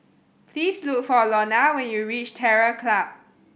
please look for Lonna when you reach Terror Club